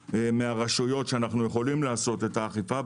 מהרשויות שאנו יכולים לעשות את האכיפה.